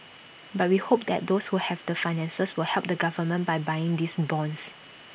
but we hope that those who have the finances will help the government by buying these bonds